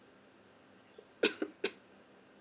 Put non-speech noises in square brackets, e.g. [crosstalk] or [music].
[coughs]